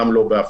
גם לא בהפגנות.